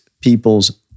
people's